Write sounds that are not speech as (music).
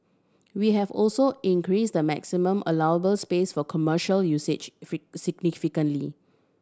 we have also increased the maximum allowable space for commercial usage (unintelligible) significantly